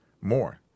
more